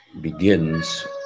begins